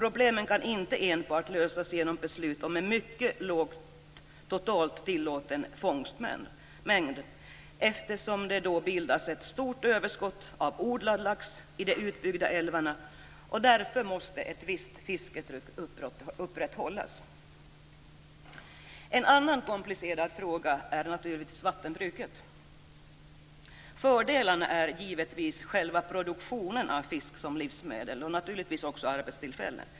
Problemen kan inte lösas enbart genom beslut om en mycket låg total tillåten fångstmängd, eftersom det då bildas ett stort överskott av odlad lax i de utbyggda älvarna. Därför måste ett visst fisketryck upprätthållas. En annan komplicerad fråga är vattenbruket. Fördelarna är givetvis själva produktionen av fisk som livsmedel, och naturligtvis också arbetstillfällena.